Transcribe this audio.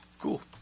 Cool